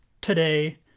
today